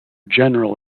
general